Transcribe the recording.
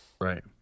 right